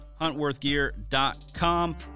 HuntworthGear.com